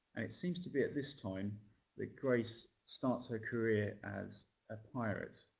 it seems to be at this time that grace starts her career as a pirate.